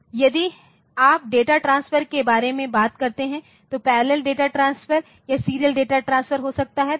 इसलिए यदि आप डेटा ट्रांसफर के बारे में बात करते हैं तो पैरेलल डेटा ट्रांसफर या सीरियल डेटा ट्रांसफर हो सकता है